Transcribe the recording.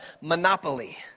Monopoly